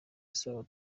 asaba